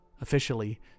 Officially